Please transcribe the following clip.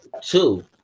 two